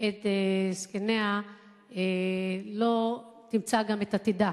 את זקניה לא תמצא גם את עתידה.